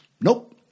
nope